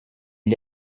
une